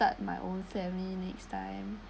but my own family next time